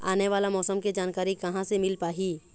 आने वाला मौसम के जानकारी कहां से मिल पाही?